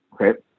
okay